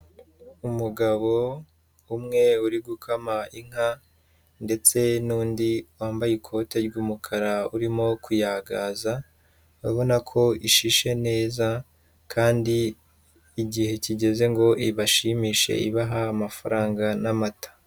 Umugabo umwe uri gukama inka ndetse n'undi wambaye ikoti ry'umukara urimo kuyagaza, urabona ko ishishe neza kandi igihe kigeze ngo ibashimishe, ibaha amafaranga n'amata.